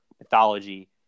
mythology